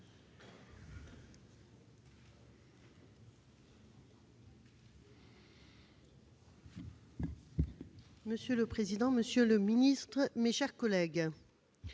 Monsieur le président, monsieur le ministre, mes chers collègues,